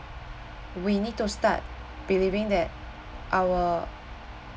we need to start believing that our